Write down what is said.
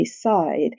side